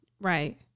Right